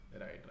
right